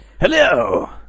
Hello